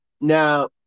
now